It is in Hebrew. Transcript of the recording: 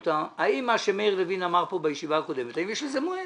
האם מה שמאיר לוין אמר פה בישיבה הקודמת יש לו מועד.